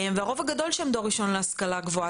הרוב הגדול של דור ראשון להשכלה גבוהה,